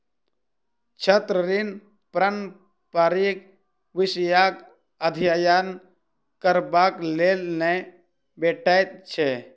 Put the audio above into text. छात्र ऋण पारंपरिक विषयक अध्ययन करबाक लेल नै भेटैत छै